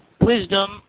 wisdom